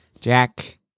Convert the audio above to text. Jack